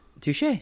touche